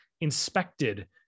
inspected